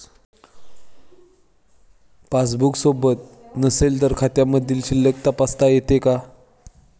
Passbook सोबत नसेल तर खात्यामधील शिल्लक तपासता येते का?